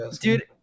dude